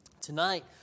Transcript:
Tonight